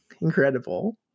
Incredible